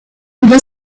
the